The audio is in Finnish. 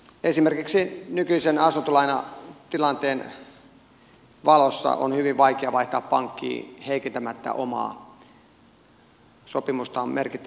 esimerkiksi nykyisen asuntolainatilanteen valossa on hyvin vaikea vaihtaa pankkia heikentämättä omaa sopimustaan merkittävällä tavalla